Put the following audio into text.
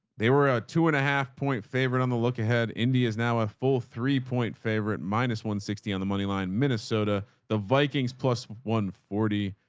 they were a two and a half point. favorite on the look ahead. india's now a full three point favorite minus one sixty on the moneyline minnesota vikings plus one forty,